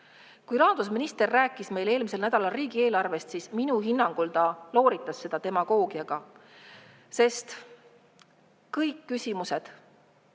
Kui rahandusminister rääkis meile eelmisel nädalal riigieelarvest, siis minu hinnangul ta looritas seda demagoogiaga. Kõik tema vastused